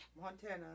Montana